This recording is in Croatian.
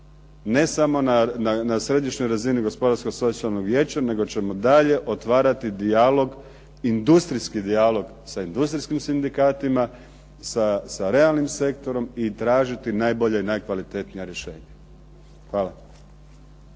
ne samo na središnjoj razini Gospodarsko-socijalnog vijeća, nego ćemo dalje otvarati dijalog, industrijski dijalog sa industrijskim sindikatima, sa realnim sektorom i tražiti najbolja i najkvalitetnija rješenja. Hvala.